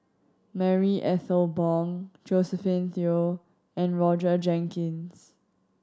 Marie Ethel Bong Josephine Teo and Roger Jenkins